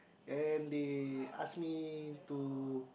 and they ask me to